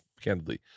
candidly